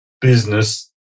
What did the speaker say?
business